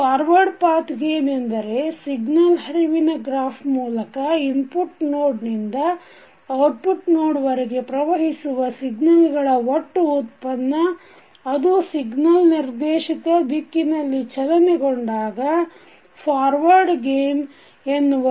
forward gain ಎಂದರೆ signal ಹರಿವಿನ graph ಮೂಲಕ ಇನ್ಪುಟ್ ನೋಡ್ ನಿಂದ ಔಟ್ಪುಟ್ ನೋಡ್ ವರೆಗೆ ಪ್ರವಹಿಸುವ ಸಿಗ್ನಲ್ಗಳ ಒಟ್ಟು ಉತ್ಪನ್ನ ಅದೂ ಸಿಗ್ನಲ್ ನಿರ್ದೇಶಿತ ದಿಕ್ಕಿನಲ್ಲಿ ಚಲನೆಗೊಂಡಾಗ ಫಾರ್ವಡ್೯ ಗೇನ್ ಎನ್ನುವರು